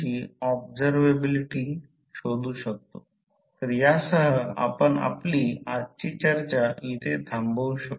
म्हणजेच हे प्रति एकक Re2 परिभाषित करू याचा अर्थ आयामहीन प्रमाण या p u चा अर्थ प्रति एकक